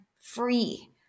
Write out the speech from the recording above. free